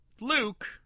Luke